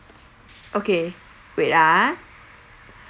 okay wait ah